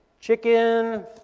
chicken